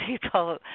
people